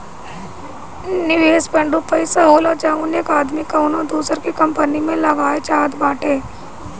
निवेस फ़ंड ऊ पइसा होला जउन एक आदमी कउनो दूसर की कंपनी मे लगाए चाहत बाटे